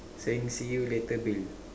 saying see you later Bill